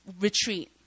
retreat